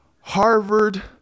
Harvard